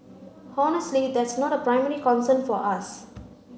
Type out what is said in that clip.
honestly that's not a primary concern for us